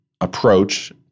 approach